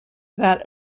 that